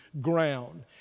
ground